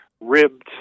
ribbed